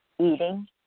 eating